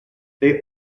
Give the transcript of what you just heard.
they